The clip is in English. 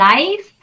Life